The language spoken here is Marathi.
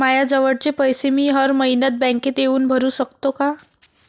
मायाजवळचे पैसे मी हर मइन्यात बँकेत येऊन भरू सकतो का?